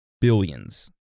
Billions